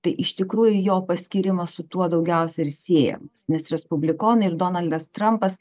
tai iš tikrųjų jo paskyrimas su tuo daugiausia ir siejamas nes respublikonai ir donaldas trampas